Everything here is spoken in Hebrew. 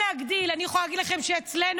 אני יכולה להגיד לכם שאצלנו,